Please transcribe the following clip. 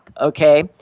okay